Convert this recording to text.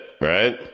right